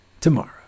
tomorrow